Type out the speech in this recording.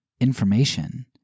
information